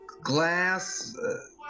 glass